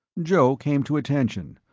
joe came to attention,